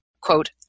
quote